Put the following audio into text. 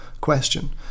question